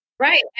Right